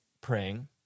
praying